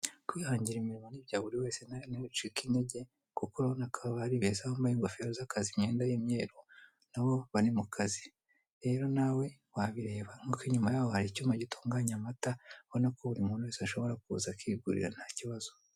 Kwihangira imirimo ni ibya buri wese wicika intege. Kuko urabona ko aba bari beza bambaye ingofero z'akazi, imyenda y'umyeru; na bo bari mu kazi. Rero nawe wabireba nk'uko inyuma y'abo hari icyuma gitunganya amata. Urabona ko umuntu wese ashobora kuza akigurira ntakibazo.